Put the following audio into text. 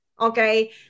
Okay